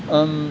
um